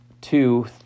two